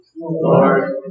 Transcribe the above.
Lord